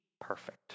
perfect